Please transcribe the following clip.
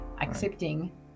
accepting